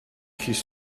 his